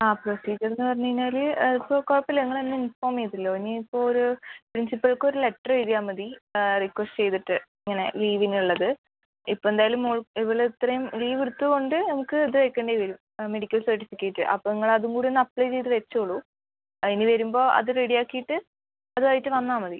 ആ പ്രൊസീജിയർന്ന് പറഞ്ഞ് കഴിഞ്ഞാല് അത് ഇപ്പോൾ കുഴപ്പമില്ല നിങ്ങൾ എന്നെ ഇൻഫോം ചെയ്തല്ലോ ഇനി ഇപ്പോൾ ഒര് പ്രിൻസിപ്പിൾക്ക് ഒര് ലെറ്ററ് എഴുതിയാൽ മതി റിക്വസ്റ്റ് ചെയ്തിട്ട് ഇങ്ങനെ ലീവിനുള്ളത് ഇപ്പം എന്തായാലും മോൾ ഇവള് ഇത്രയും ലീവ് എടുത്ത് കൊണ്ട് നമുക്ക് ഇത് എടുക്കേണ്ടി വരും ആ മെഡിക്കൽ സർട്ടിഫിക്കേറ്റ് അപ്പം നിങ്ങളതും കൂടി ഒന്ന് അപ്ലൈ ചെയ്ത് വെച്ചോളു അത് ഇനി വരുമ്പോൾ അത് റെഡി ആക്കിയിട്ട് അതും ആയിട്ട് വന്നാൽ മതി